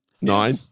nine